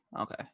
okay